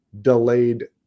delayed